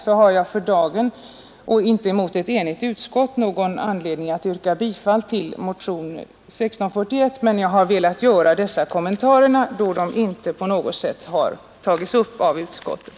Jag har emellertid velat göra dessa kommentarer, eftersom våra synpunkter framför allt då det gäller omfördelningen av försvarskostnaderna inte på något sätt tagits upp av utskottet.